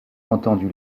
entendu